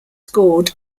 scored